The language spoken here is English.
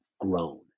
grown